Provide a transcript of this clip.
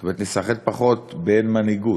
זאת אומרת, ניסחט פחות, באין מנהיגות,